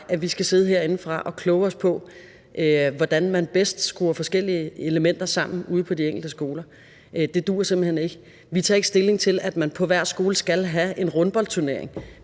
at vi skal sidde herinde og kloge os på, hvordan man bedst skruer forskellige elementer sammen ude på de enkelte skoler. Det duer simpelt hen ikke. Vi tager ikke stilling til, at man på hver skole skal have en rundboldturnering,